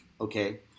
okay